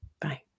Bye